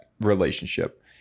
relationship